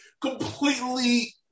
completely